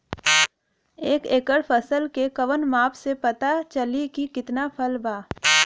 एक एकड़ फसल के कवन माप से पता चली की कितना फल बा?